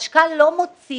החשכ"ל לא מוציא